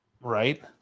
Right